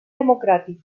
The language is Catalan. democràtic